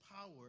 power